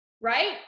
right